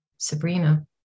Sabrina